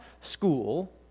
school